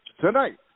Tonight